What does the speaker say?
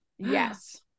yes